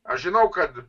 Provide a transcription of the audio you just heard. aš žinau kad